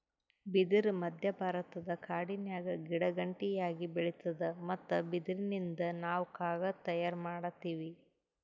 ಬಿದಿರ್ ಮಧ್ಯಭಾರತದ ಕಾಡಿನ್ಯಾಗ ಗಿಡಗಂಟಿಯಾಗಿ ಬೆಳಿತಾದ್ ಮತ್ತ್ ಬಿದಿರಿನಿಂದ್ ನಾವ್ ಕಾಗದ್ ತಯಾರ್ ಮಾಡತೀವಿ